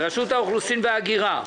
ההודעה אושרה.